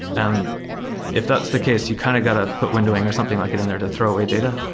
and if that's the case, you kind of got to put windowing or something like it in there to throw away data.